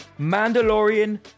Mandalorian